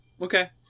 Okay